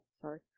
Sorry